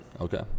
Okay